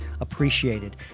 appreciated